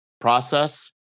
process